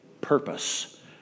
purpose